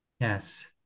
yes